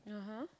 (uh huh)